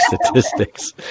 statistics